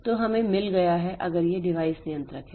तो हम मिल गया है अगर यह डिवाइस नियंत्रक है